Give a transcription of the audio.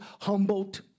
humbled